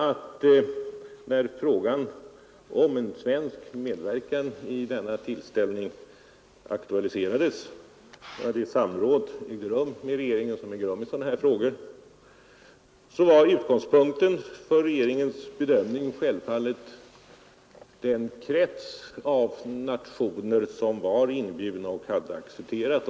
När frågan om svensk medverkan i denna tillställning aktualiserades och ett samråd ägde rum med regeringen — ett sådant samråd sker alltid i sådana här frågor — var utgångspunkten för regeringens bedömning självfallet den krets av nationer som var inbjudna och hade accepterat.